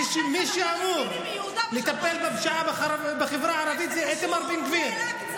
ומי שאמור לטפל בפשיעה בחברה הערבית זה איתמר בן גביר.